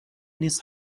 نیست